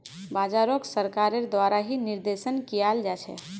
बाजारोक सरकारेर द्वारा ही निर्देशन कियाल जा छे